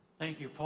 thank you,